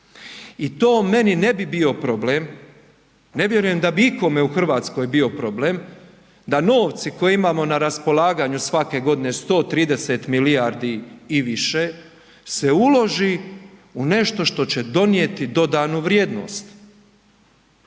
I to meni ne bi bio problem, ne vjerujem da bi ikome u Hrvatskoj bio problem da novci koje imamo na raspolaganju svake godine, 130 milijardi i više, se uloži u nešto što će donijeti dodanu vrijednost,